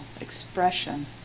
expression